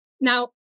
Now